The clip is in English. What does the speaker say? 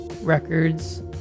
Records